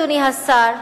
אדוני השר,